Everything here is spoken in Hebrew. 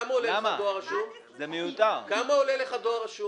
כמה עולה לך דואר רשום?